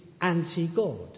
anti-God